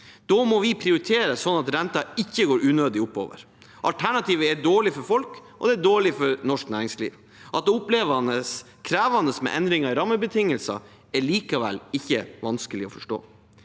Da må vi prioritere, så renten ikke går unødig oppover. Alternativet er dårlig for folk og dårlig for norsk næringsliv. At det oppleves krevende med endringer i rammebetingelser, er likevel ikke vanskelig å forstå.